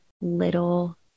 little